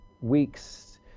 weeks